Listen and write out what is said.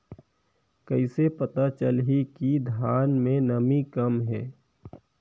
कइसे पता चलही कि धान मे नमी कम हे?